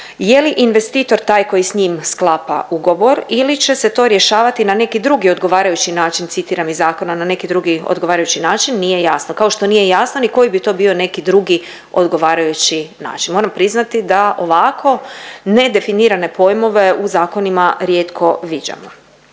je li investitor taj koji s njim sklapa ugovor ili će se to rješavati na neki drugi odgovarajući način, citiram iz zakona, na neki drugi odgovarajući način nije jasno, kao što nije jasno ni koji bi to bio neki drugi odgovarajući način. Moram priznati da ovako nedefinirane pojmove u zakonima rijetko viđamo.